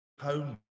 home